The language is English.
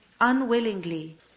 unwillingly